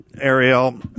Ariel